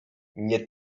nie